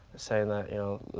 say that, you know,